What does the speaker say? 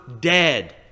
dead